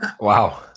wow